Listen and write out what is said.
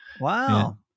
Wow